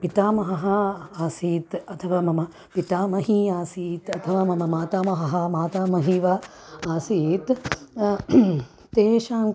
पितामहः आसीत् अथवा मम पितामही असीत् अथवा मम मातामहः मातामही वा आसीत् तेषां